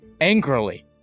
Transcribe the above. angrily